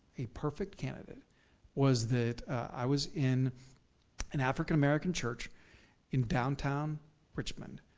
a perfect candidate was that, i was in an african american church in downtown richmond,